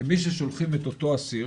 כמי ששולחים את אותו אסיר,